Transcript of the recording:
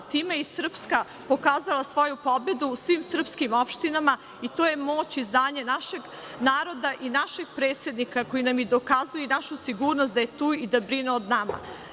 Time je i „Srpska“ pokazala svoju pobedu u svim srpskim opštinama, i to je moć i znanje našeg naroda i našeg predsednika, koji nam dokazuje i našu sigurnost da je tu i da brine o nama.